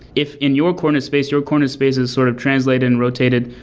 if in your corner space, your corner space is sort of translated and rotated,